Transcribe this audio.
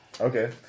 Okay